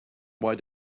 why